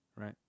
right